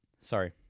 Sorry